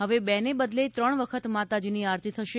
હવે બે ને બદલે ત્રણ વખત માતાજીની આરતી થશે